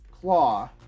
Claw